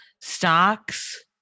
Stocks